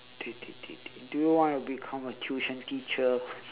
do you want to become a tuition teacher